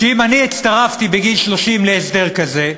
אם אני הצטרפתי בגיל 30 להסדר כזה,